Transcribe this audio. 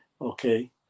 okay